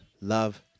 love